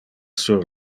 sur